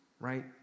right